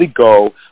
go